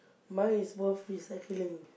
mine is worth recycling